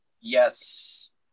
Yes